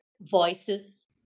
voices